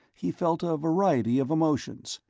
he felt a variety of emotions.